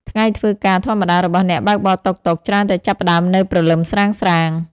ថ្ងៃធ្វើការធម្មតារបស់អ្នកបើកបរតុកតុក ច្រើនតែចាប់ផ្តើមនៅព្រលឹមស្រាងៗ។